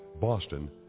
Boston